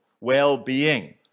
well-being